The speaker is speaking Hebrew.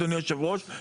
אדוני היושב-ראש,